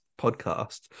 podcast